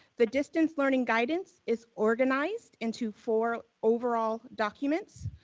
the distance learning guidance is organized into four overall documents.